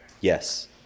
Yes